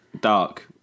dark